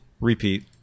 Repeat